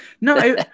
No